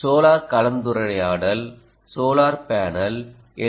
solar கலந்துரையாடல் solar panel L